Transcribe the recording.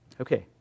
Okay